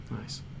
nice